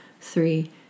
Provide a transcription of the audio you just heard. three